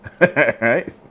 right